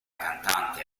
cantante